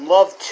Love